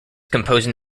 composing